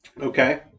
Okay